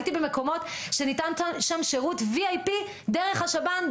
הייתי במקומות שניתן בהם שירות VIP דרך השב"ן,